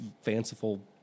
fanciful